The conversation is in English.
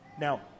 Now